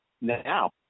now